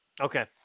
Okay